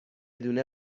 دونه